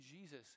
Jesus